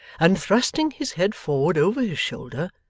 and thrusting his head forward over his shoulder,